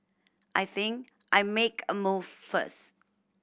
I think I make a move first